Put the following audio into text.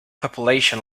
population